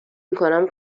میکنم